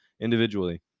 individually